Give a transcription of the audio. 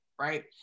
right